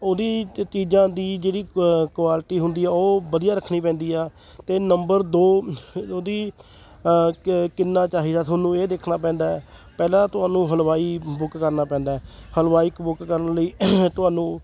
ਉਹਦੀ ਚੀਜ਼ਾਂ ਦੀ ਜਿਹੜੀ ਕੁਆਲਿਟੀ ਹੁੰਦੀ ਆ ਉਹ ਵਧੀਆ ਰੱਖਣੀ ਪੈਂਦੀ ਆ ਅਤੇ ਨੰਬਰ ਦੋ ਉਹਦੀ ਕ ਕਿੰਨਾਂ ਚਾਹੀਦਾ ਤੁਹਾਨੂੰ ਇਹ ਦੇਖਣਾ ਪੈਂਦਾ ਪਹਿਲਾਂ ਤੁਹਾਨੂੰ ਹਲਵਾਈ ਬੁੱਕ ਕਰਨਾ ਪੈਂਦਾ ਹਲਵਾਈ ਬੁੱਕ ਕਰਨ ਲਈ ਤੁਹਾਨੂੰ